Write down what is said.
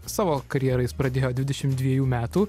savo karjerą jis pradėjo dvidešim dviejų metų